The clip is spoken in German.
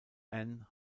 anne